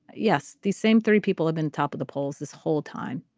yes the same three people have been top of the polls this whole time.